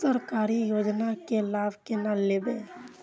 सरकारी योजना के लाभ केना लेब?